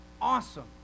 awesome